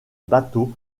bateau